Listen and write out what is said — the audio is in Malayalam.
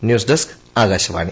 news desk Akashvani